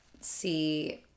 see